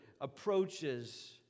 approaches